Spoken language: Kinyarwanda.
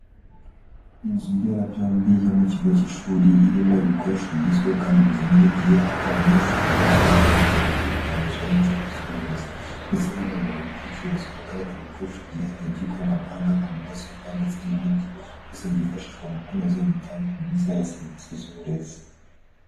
Inzu mberabyombi yo mu kigo cy'ishuri irimo ibikoresho bigezweho kandi bijyanye n'igihe aho abanyeshuri bahurizwa hamwe igihe bagiye kuganirizwa n'inzego z'ubuyobozi ndetse banungurana ibitekerezo. Ahagaragara ibikoresho byihariye by'ikoranabuhanga nka mudasobwa ndetse n'ibindi byose byifashishwa mu kunoza imitangire myiza ya serivisi z'uburezi.